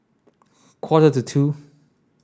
quarter to two